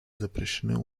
запрещены